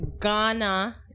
Ghana